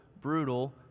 brutal